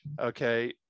okay